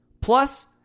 Plus